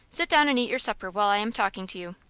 sit down and eat your supper while i am talking to you.